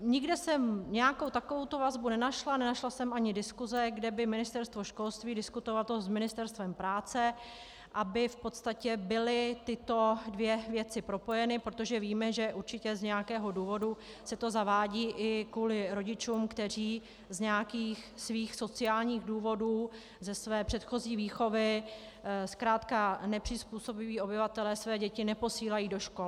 Nikde jsem nijakou takovouto vazbu nenašla, nenašla jsem ani diskuse, kde by Ministerstvo školství to diskutovalo s Ministerstvem práce, aby v podstatě byly tyto dvě věci propojeny, protože víme, že určitě z nějakého důvodu se to zavádí i kvůli rodičům, kteří z nějakých svých sociálních důvodů, ze své předchozí výchovy, zkrátka nepřizpůsobiví obyvatelé své děti neposílají do škol.